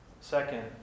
Second